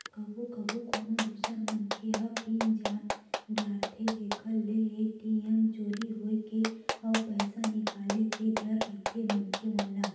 कभू कभू कोनो दूसर मनखे ह पिन जान डारथे जेखर ले ए.टी.एम चोरी होए के अउ पइसा निकाले के डर रहिथे मनखे मन ल